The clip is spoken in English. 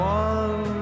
one